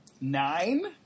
Nine